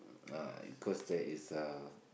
uh because there is uh